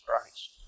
Christ